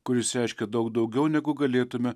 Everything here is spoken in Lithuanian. kuris reiškia daug daugiau negu galėtume